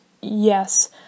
yes